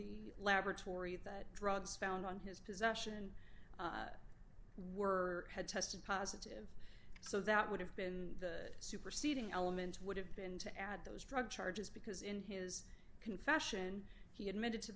the laboratory that drugs found on his possession were had tested positive so that would have been the superseding element would have been to add those drug charges because in his confession he admitted to